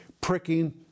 pricking